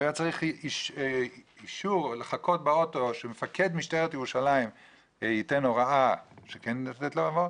הוא נאלץ לחכות באוטו כדי שמפקד משטרת ירושלים ייתן הוראה לתת לו לעבור.